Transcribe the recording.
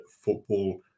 football